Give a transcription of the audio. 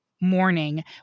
morning